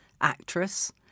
actress